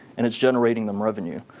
and it's generating them revenue.